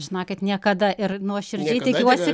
žinokit niekada ir nuoširdžiai tikiuosi